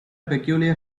peculiar